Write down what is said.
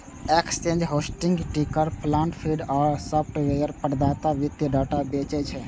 exchange, hosting, ticker plant feed आ software प्रदाता वित्तीय डाटा बेचै छै